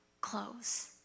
clothes